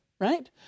right